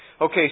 Okay